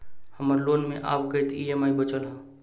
हम्मर लोन मे आब कैत ई.एम.आई बचल ह?